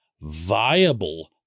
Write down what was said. viable